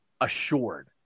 assured